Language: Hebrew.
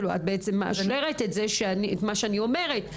את מאשרת את מה שאני אומרת,